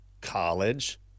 College